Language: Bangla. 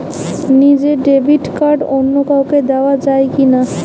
নিজের ডেবিট কার্ড অন্য কাউকে দেওয়া যায় কি না?